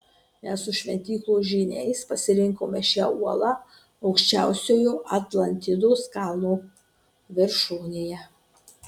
mes su šventyklos žyniais pasirinkome šią uolą aukščiausiojo atlantidos kalno viršūnėje